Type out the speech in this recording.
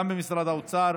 גם במשרד האוצר,